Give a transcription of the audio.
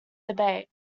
debate